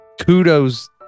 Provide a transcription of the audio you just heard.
Kudos